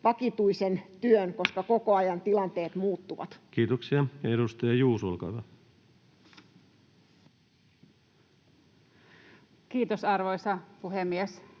koputtaa] koska koko ajan tilanteet muuttuvat. Mikrofoni. Kiitoksia. — Edustaja Juuso, olkaa hyvä. Kiitos, arvoisa puhemies!